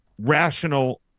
rational